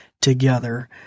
together